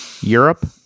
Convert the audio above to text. europe